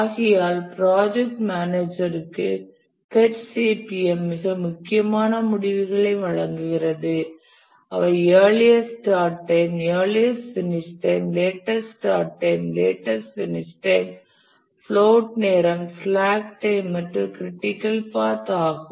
ஆகையால் ப்ராஜெக்ட் மேனேஜர்க்கு PERT CPM மிக முக்கியமான முடிவுகளை வழங்குகிறது அவை earliest start time earliest finish time latest start time latest finish time float நேரம் ஸ்லாக் டைம் மற்றும் க்ரிட்டிக்கல் பாத் ஆகும்